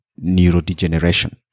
neurodegeneration